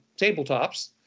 tabletops